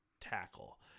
tackle